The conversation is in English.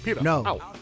no